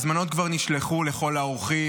ההזמנות כבר נשלחו לכל האורחים,